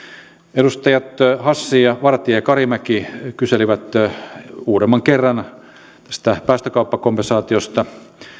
edustajat hassi vartia ja karimäki kyselivät uudemman kerran tästä päästökauppakompensaatiosta